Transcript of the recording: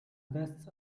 vests